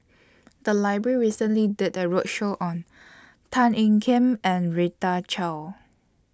The Library recently did A roadshow on Tan Ean Kiam and Rita Chao